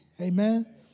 Amen